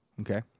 Okay